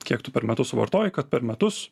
kiek tu per metus suvartoji kad per metus